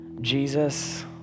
Jesus